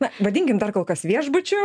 na vadinkim dar kol kas viešbučiu